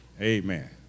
Amen